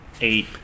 eight